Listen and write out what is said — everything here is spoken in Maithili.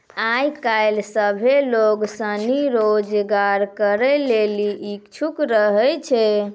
आय काइल सभ्भे लोग सनी स्वरोजगार करै लेली इच्छुक रहै छै